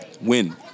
Win